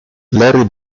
larry